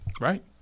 Right